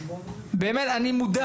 אני מודע.